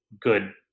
good